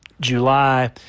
July